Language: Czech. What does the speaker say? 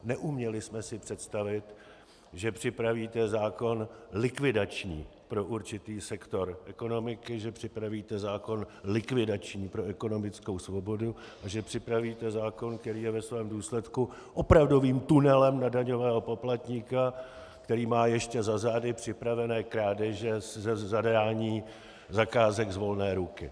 Neuměli jsme si představit, že připravíte zákon likvidační pro určitý sektor ekonomiky, že připravíte zákon likvidační pro ekonomickou svobodu a že připravíte zákon, který je ve svém důsledku opravdovým tunelem na daňového poplatníka, který má ještě za zády připravené krádeže ze zadání zakázek z volné ruky.